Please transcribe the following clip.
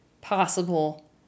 possible